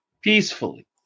peacefully